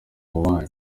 wanyu